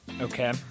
Okay